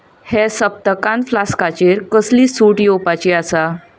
हे सप्तकान फ्लास्काचेर कसलीय सूट येवपाची आसा